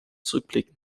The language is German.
zurückblicken